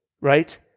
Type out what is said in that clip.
right